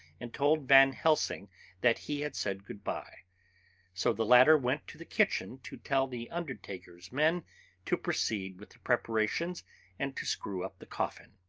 and told van helsing that he had said good-bye so the latter went to the kitchen to tell the undertaker's men to proceed with the preparations and to screw up the coffin.